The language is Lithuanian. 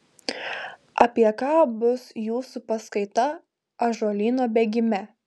apie ką bus jūsų paskaita ąžuolyno bėgime